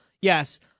yes